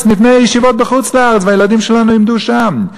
ונבנה ישיבות בחוץ-לארץ והילדים שלנו ילמדו שם.